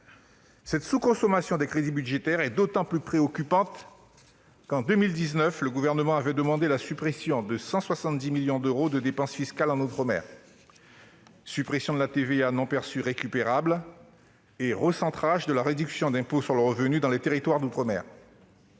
Cette sous-consommation des crédits budgétaires est d'autant plus préoccupante que, en 2019, le Gouvernement avait demandé la suppression de 170 millions d'euros de dépenses fiscales en outre-mer : suppression de la TVA non perçue récupérable (TVA NPR) et recentrage de la réduction d'impôt sur le revenu dans les territoires d'outre-mer.